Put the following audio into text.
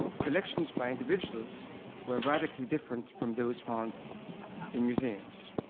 collections by individuals were radically different from those found in museums.